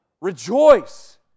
rejoice